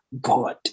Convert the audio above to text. god